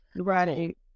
Right